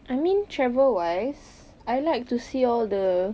I mean travel wise I like to see all the